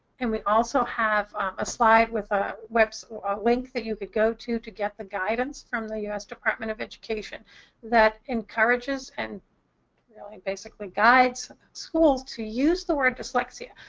and we also have a slide with ah a a link that you could go to to get the guidance from the u s. department of education that encourages and really basically guides schools to use the word dyslexia.